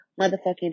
motherfucking